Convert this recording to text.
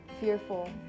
fearful